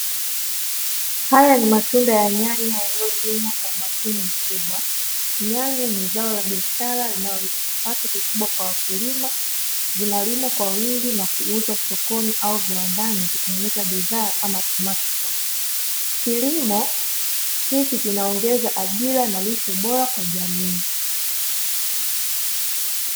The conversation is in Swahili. Haya ni matunda ya nyanya yaliyolimwa kwa umakini mkubwa. Nyanya ni zao la biashara linaloleta kipato kikubwa kwa wakulima. Linalimwa kwa wingi na kuuzwa sokoni au viwandani kutengeneza bidhaa, ama tomato sosi. Kilimo hiki kinaongeza ajira na lishe bora kwa jamii.